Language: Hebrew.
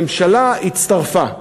הממשלה הצטרפה,